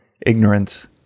ignorance